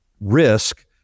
risk